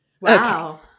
Wow